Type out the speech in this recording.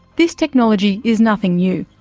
this technology is nothing new.